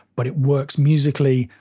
but it works musically,